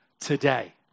today